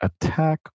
Attack